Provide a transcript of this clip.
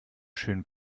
schön